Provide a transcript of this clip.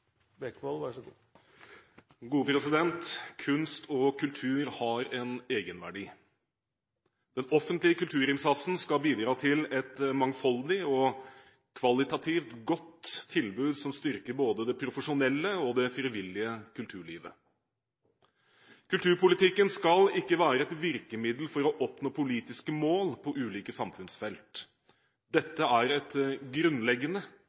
Kunst og kultur har en egenverdi. Den offentlige kulturinnsatsen skal bidra til et mangfoldig og kvalitativt godt tilbud som styrker både det profesjonelle og det frivillige kulturlivet. Kulturpolitikken skal ikke være et virkemiddel for å oppnå politiske mål på ulike samfunnsfelt. Dette er et grunnleggende